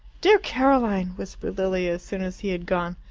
dear caroline! whispered lilia as soon as he had gone.